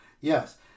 yes